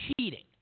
cheating